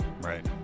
Right